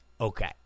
Okay